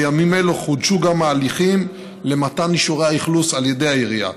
בימים אלה חודשו ההליכים למתן אישורי האכלוס על ידי העירייה.